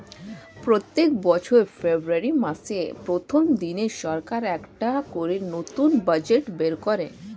প্রত্যেক বছর ফেব্রুয়ারি মাসের প্রথম দিনে সরকার একটা করে নতুন বাজেট বের করে